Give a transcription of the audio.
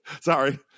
Sorry